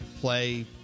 Play